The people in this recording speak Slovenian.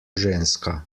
ženska